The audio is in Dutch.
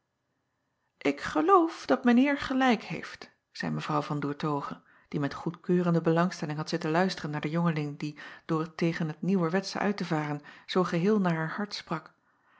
k geloof dat mijn eer gelijk heeft zeî w an oertoghe die met goedkeurende belangstelling had zitten luisteren naar den jongeling die door tegen het nieuwerwetsche uit te varen zoo geheel naar haar hart sprak